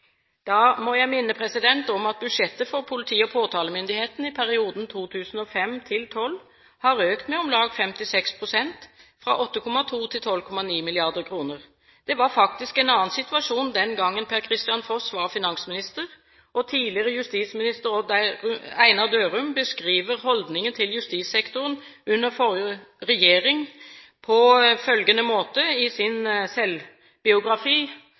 Da må jeg minne om at budsjettet for politi- og påtalemyndigheten i perioden 2005–2012 har økt med om lag 56 pst, fra 8,2 mrd. kr til 12,9 mrd. kr. Det var faktisk en annen situasjon den gang Per-Kristian Foss var finansminister. Tidligere justisminister Odd Einar Dørum beskriver holdningen til justissektoren under forrige regjering på følgende måte i sin selvbiografi,